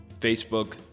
Facebook